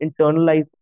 internalize